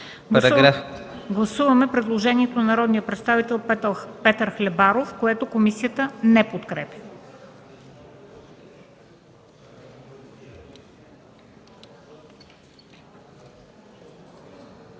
Гласуваме предложението на народния представител Георги Анастасов, което комисията не подкрепя.